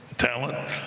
talent